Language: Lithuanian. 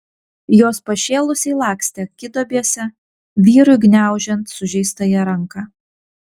jos pašėlusiai lakstė akiduobėse vyrui gniaužiant sužeistąją ranką